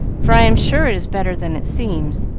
for i am sure it is better than it seems,